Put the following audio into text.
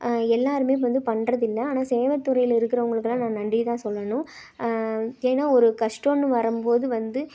எல்லோருமே வந்து பண்ணுறதில்ல ஆனால் சேவை துறையில் இருக்கிறவங்களுக்கெல்லாம் நான் நன்றி தான் சொல்லணும் ஏன்னா ஒரு கஷ்டம்னு வரும்போது வந்து